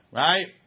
right